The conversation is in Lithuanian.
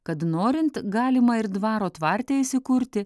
kad norint galima ir dvaro tvarte įsikurti